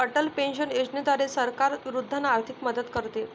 Atal pension योजनेद्वारे सरकार वृद्धांना आर्थिक मदत करते